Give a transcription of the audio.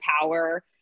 power